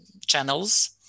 channels